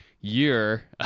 year